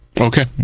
Okay